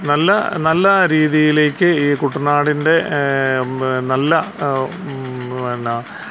നല്ല നല്ല രീതിയിലേക്ക് ഈ കുട്ടനാടിൻ്റെ നല്ല പിന്ന